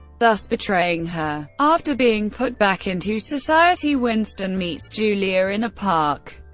thus betraying her. after being put back into society, winston meets julia in a park.